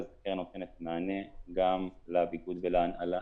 הקרן נותנת מענה גם לביגוד ולהנעלה,